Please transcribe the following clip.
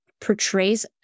portrays